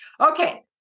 Okay